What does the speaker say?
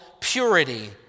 purity